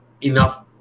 enough